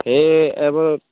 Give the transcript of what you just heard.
ଏ ଏବର